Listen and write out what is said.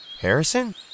Harrison